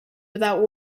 without